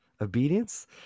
obedience